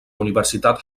universitat